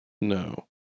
No